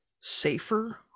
safer